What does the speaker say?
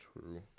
True